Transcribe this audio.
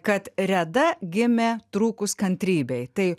kad reda gimė trūkus kantrybei tai